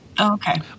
okay